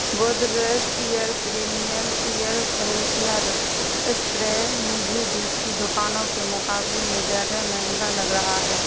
Godrej air premium air freshener spray مجھے دوسری دکانوں کے مقابلے میں زیادہ مہنگا لگ رہا ہے